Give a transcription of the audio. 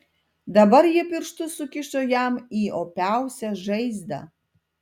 dabar ji pirštus sukišo jam į opiausią žaizdą